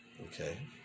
Okay